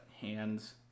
hands